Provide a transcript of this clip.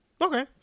Okay